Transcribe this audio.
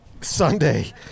Sunday